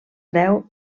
deu